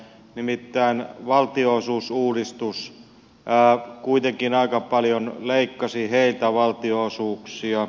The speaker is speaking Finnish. nimittäin valtionosuusuudistus kuitenkin aika paljon leikkasi niiltä valtionosuuksia